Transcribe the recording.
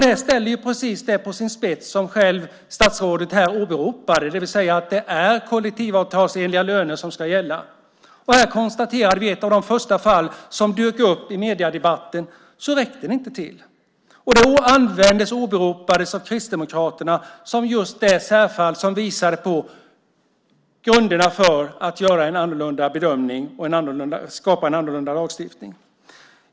Det som statsrådet åberopar ställs sålunda på sin spets, nämligen att kollektivavtalsenliga löner ska gälla. Samtidigt kan vi konstatera att ett av de första fall som dyker upp i mediedebatten visar att det inte räcker - och detta åberopas då av Kristdemokraterna som just det särfall som visar på grunderna för att göra en annorlunda bedömning och skapa en annorlunda lagstiftning.